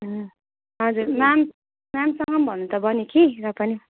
हजुर मेम मेमसँग भन्नु त भने कि र पनि